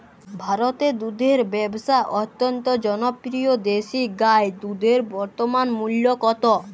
ভারতে দুধের ব্যাবসা অত্যন্ত জনপ্রিয় দেশি গাই দুধের বর্তমান মূল্য কত?